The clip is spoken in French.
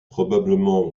probablement